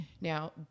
Now